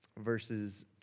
verses